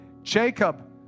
Jacob